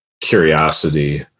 curiosity